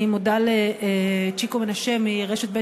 אני מודה לצ'יקו מנשה מרשת ב',